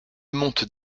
monte